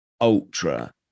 ultra